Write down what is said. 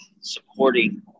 supporting